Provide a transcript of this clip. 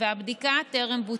והבדיקה טרם בוצעה,